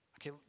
Okay